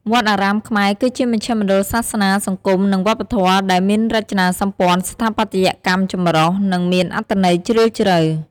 វត្តអារាមខ្មែរ គឺជាមជ្ឈមណ្ឌលសាសនា សង្គម និងវប្បធម៌ ដែលមានរចនាសម្ព័ន្ធស្ថាបត្យកម្មចម្រុះ និងមានអត្ថន័យជ្រាលជ្រៅ។